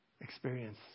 experience